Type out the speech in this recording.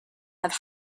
have